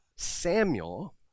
Samuel